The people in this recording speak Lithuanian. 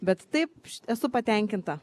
bet taip esu patenkinta